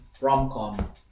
rom-com